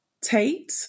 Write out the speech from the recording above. Tate